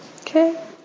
Okay